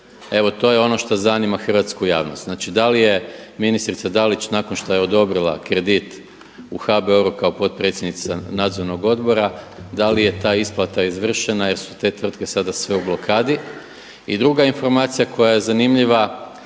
Evo to je ono što zanima hrvatsku javnost. Znači da li je ministrica Dalić nakon što je odobrila kredit u HBOR-u kao potpredsjednica Nadzornog odbora da li je ta isplata izvršena jer su te tvrtke sada sve u blokadi? I druga informacija koja je zanimljiva,